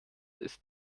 ist